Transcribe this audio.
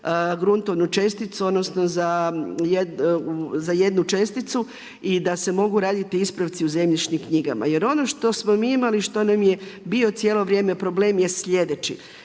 gruntovnu česticu, odnosno za jednu česticu i da se mogu raditi ispravci u zemljišnim knjigama. Jer ono što smo mi imali i što nam je bio cijelo vrijeme problem je sljedeći.